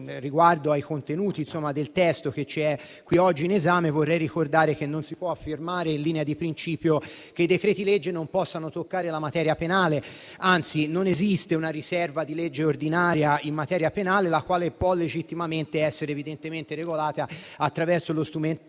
riguardo ai contenuti del testo oggi in esame, vorrei ricordare che non si può affermare in linea di principio che i decreti-legge non possano toccare la materia penale, anzi, non esiste una riserva di legge ordinaria in materia penale, la quale può legittimamente essere regolata attraverso lo strumento